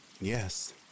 Yes